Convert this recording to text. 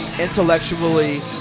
intellectually